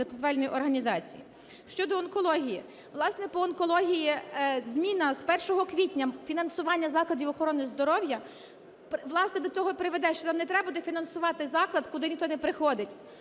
закупівельної організації. Щодо онкології. Власне, по онкології зміна з 1 квітня фінансування закладів охорони здоров'я, власне, до цього приведе, що нам не треба буде фінансувати заклад, куди ніхто не приходить,